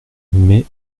mais